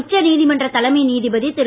உச்ச நீதிமன்ற தலைமை நீதிபதி திரு